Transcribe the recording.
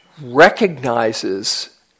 recognizes